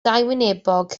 dauwynebog